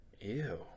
Ew